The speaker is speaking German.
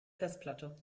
festplatte